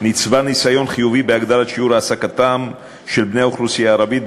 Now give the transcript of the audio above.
נצבר ניסיון חיובי בהגדלת שיעור העסקתם של בני האוכלוסייה הערבית,